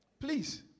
please